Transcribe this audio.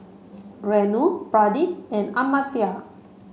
Renu Pradip and Amartya